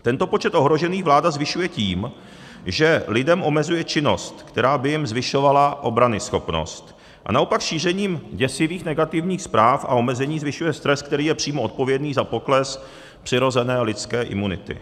Tento počet ohrožených vláda zvyšuje tím, že lidem omezuje činnost, která by jim zvyšovala obranyschopnost, a naopak šířením děsivých, negativních zpráv a omezení zvyšuje stres, který je přímo odpovědný za pokles přirozené lidské imunity.